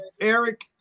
Eric